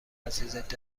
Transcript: عزیزت